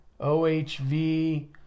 OHV